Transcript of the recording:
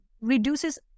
reduces